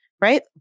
Right